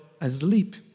asleep